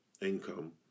income